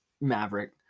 Maverick